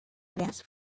last